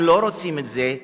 אנחנו לא רוצים את זה,